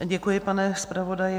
Děkuji, pane zpravodaji.